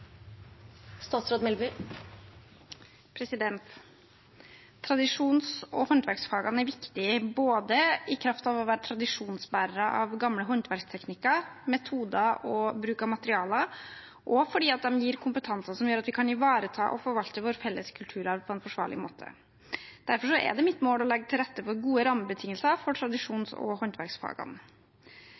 både i kraft av å være tradisjonsbærere av gamle håndverksteknikker, metoder og bruk av materialer og fordi de gir kompetanser som gjør at vi kan ivareta og forvalte vår felles kulturarv på en forsvarlig måte. Derfor er det mitt mål å legge til rette for gode rammebetingelser for tradisjons- og håndverksfagene.